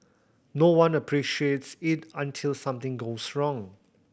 no one appreciates it until something goes wrong